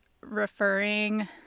referring